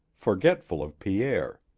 forgetful of pierre.